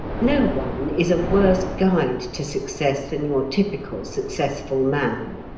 no one is a worse guide to success than your typical successful man.